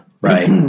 Right